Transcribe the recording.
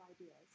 ideas